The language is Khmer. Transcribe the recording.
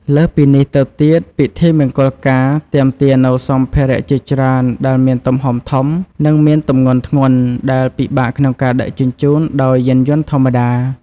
លើសពីនេះទៅទៀត ពិធីមង្គលការទាមទារនូវសម្ភារៈជាច្រើនដែលមានទំហំធំនិងមានទម្ងន់ធ្ងន់ដែលពិបាកក្នុងការដឹកជញ្ជូនដោយយានយន្តធម្មតា។